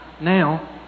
now